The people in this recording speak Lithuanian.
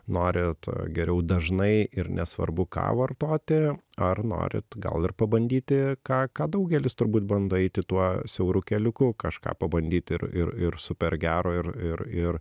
norint geriau dažnai ir nesvarbu ką vartoti ar norit gal ir pabandyti ką ką daugelis turbūt bando eiti tuo siauru keliuku kažką pabandyt ir ir ir super gero ir ir ir